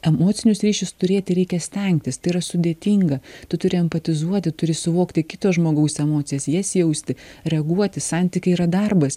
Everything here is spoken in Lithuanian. emocinius ryšius turėti reikia stengtis tai yra sudėtinga tu turi empatizuoti turi suvokti kito žmogaus emocijas jas jausti reaguoti santykiai yra darbas